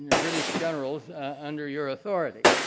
and british generals under your authority.